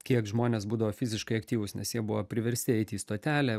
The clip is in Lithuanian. kiek žmonės būdavo fiziškai aktyvūs nes jie buvo priversti eiti į stotelę